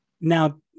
Now